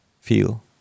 feel